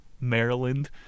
Maryland